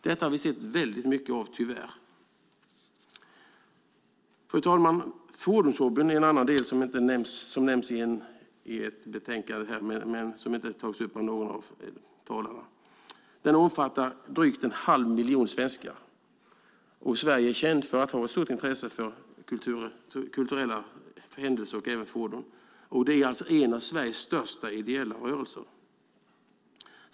Detta har vi sett väldigt mycket av, tyvärr. Fru talman! Fordonshobbyn är en annan del som nämns i betänkandet men som inte tagits upp av någon av de tidigare talarna. Den omfattar drygt en halv miljon svenskar. Och Sverige är känt för att ha ett stort intresse för kulturella händelser och även för fordon. Det är alltså en av Sveriges största ideella rörelser.